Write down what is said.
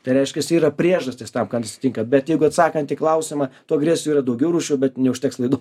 tai reiškias yra priežastys tam kas atsitinka bet jeigu atsakant į klausimą tų agresijų yra daugiau rūšių bet neužteks laidų